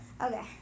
Okay